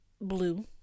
blue